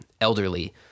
elderly